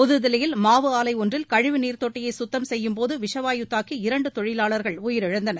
புதுதில்லியில் மாவு ஆலை ஒன்றில் கழிவு நீர்த்தொட்டியை குத்தம் செய்யும் போது விஷவாயு தாக்கி இரண்டு தொழிலாளர்கள் உயிரிழந்தனர்